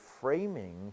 framing